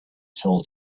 told